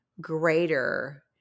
greater